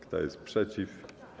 Kto jest przeciw?